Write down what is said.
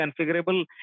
configurable